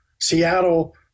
Seattle